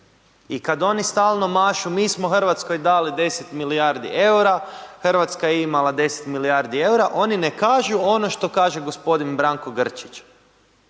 i kad oni stalno mašu mi smo Hrvatskoj dali 10 milijardi EUR-a, Hrvatska je imala 10 milijardi EUR-a oni ne kažu ono što kaže gospodin Branko Grčić,